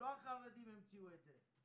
לא החרדים המציאו את זה.